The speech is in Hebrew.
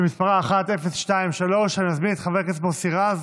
שמספרה 1023. אני מזמין את חבר הכנסת מוסי רז